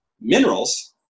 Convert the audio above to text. minerals